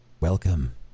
Welcome